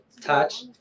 touch